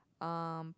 um